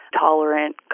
tolerant